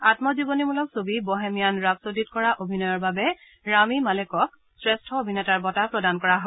আম্মজীৱনীমূলক ছবি 'বহেমিয়ান ৰাপচ'ডী'ত কৰা অভিনয়ৰ বাবে ৰামী মালেকক শ্ৰেষ্ঠ অভিনেতাৰ বঁটা প্ৰদান কৰা হয়